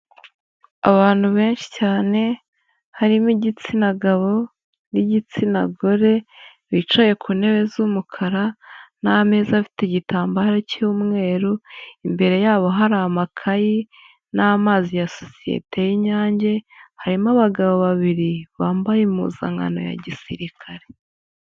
Abantu benshi cyane, harimo igitsina gabo n'igitsina gore, bicaye ku ntebe z'umukara n'ameza afite igitambaro cy'umweru, imbere yabo hari amakayi n'amazi ya sosiyete y'Inyange, harimo abagabo babiri bambaye impuzankano ya gisirikare.